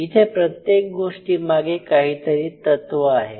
इथे प्रत्येक गोष्टीमागे काहीतरी तत्व आहे